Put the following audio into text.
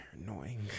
annoying